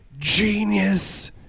genius